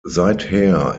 seither